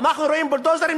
אנחנו רואים בולדוזרים,